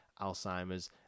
Alzheimer's